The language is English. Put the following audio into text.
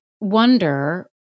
wonder